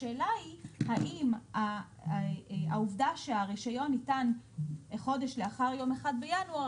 השאלה היא האם העובדה שהרישיון ניתן חודש לאחר 1 בינואר,